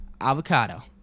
avocado